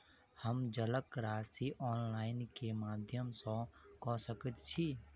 हम जलक राशि ऑनलाइन केँ माध्यम सँ कऽ सकैत छी?